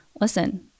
Listen